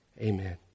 Amen